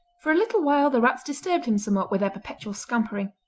for a little while the rats disturbed him somewhat with their perpetual scampering,